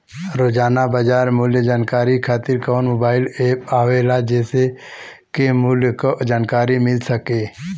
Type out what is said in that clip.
रोजाना बाजार मूल्य जानकारी खातीर कवन मोबाइल ऐप आवेला जेसे के मूल्य क जानकारी मिल सके?